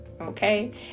Okay